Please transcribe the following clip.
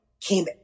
came